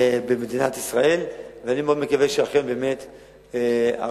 במדינת ישראל, ואני מקווה שאכן הרשויות